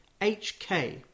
HK